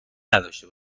نداشته